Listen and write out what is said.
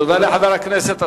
תודה לחבר הכנסת אלסאנע.